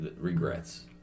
regrets